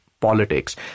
politics